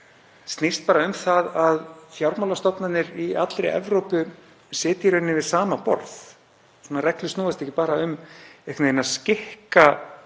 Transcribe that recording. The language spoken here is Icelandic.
snýst bara um það að fjármálastofnanir í allri Evrópu sitji í rauninni við sama borð. Svona reglur snúast ekki bara um að skikka